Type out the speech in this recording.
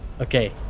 Okay